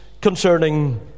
concerning